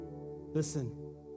listen